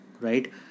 right